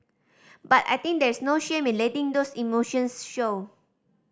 but I think there's no shame in letting those emotions show